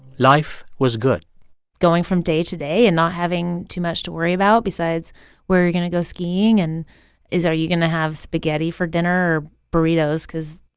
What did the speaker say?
life was good going from day to day and not having too much to worry about besides where are you going to go skiing and is are you going to have spaghetti for dinner or burritos? because